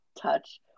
touch